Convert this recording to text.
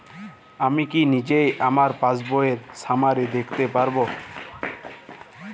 আমি কি নিজেই আমার পাসবইয়ের সামারি দেখতে পারব?